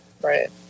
Right